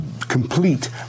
complete